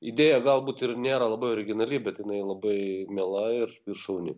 idėja galbūt ir nėra labai originali bet jinai labai miela ir ir šauni